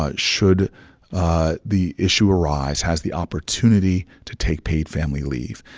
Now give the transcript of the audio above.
ah should ah the issue arise, has the opportunity to take paid family leave.